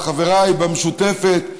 חבריי במשותפת,